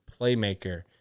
playmaker